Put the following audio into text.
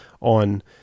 on